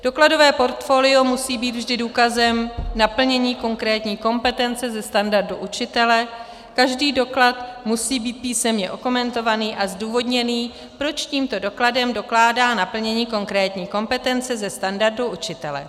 Dokladové portfolio musí být vždy důkazem naplnění konkrétní kompetence ze standardu učitele, každý doklad musí být písemně okomentovaný a zdůvodněný, proč tímto dokladem dokládá naplnění konkrétní kompetence ze standardu učitele.